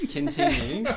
Continue